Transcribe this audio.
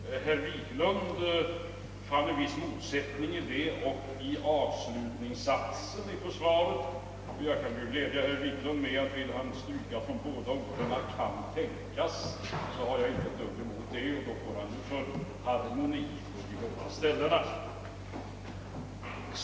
Herr Wiklund i Stockholm fann en viss motsättning mellan detta och avslutningssatsen i svaret. Jag kan glädja honom med att om han vill stryka de två orden »kan tänkas» har jag ingenting emot det. Då får han full harmoni på de båda ställena.